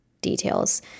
details